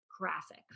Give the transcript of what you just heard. graphic